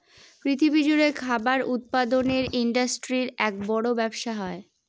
পৃথিবী জুড়ে খাবার উৎপাদনের ইন্ডাস্ট্রির এক বড় ব্যবসা হয়